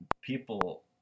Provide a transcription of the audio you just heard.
people